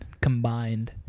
combined